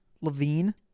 Levine